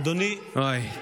לא להפריע.